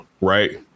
right